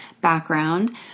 background